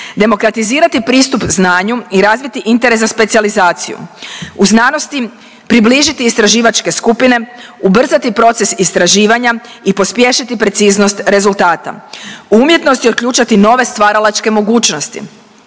demokratizirati pristup znanju i razviti interes za specijalizaciju, u znanosti približiti istraživačke skupine, ubrzati proces istraživanja i pospješiti preciznost rezultata, u umjetnosti otključati nove stvaralačke mogućnosti,